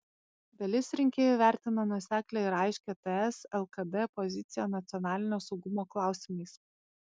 dalis rinkėjų vertina nuoseklią ir aiškią ts lkd poziciją nacionalinio saugumo klausimais